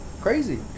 crazy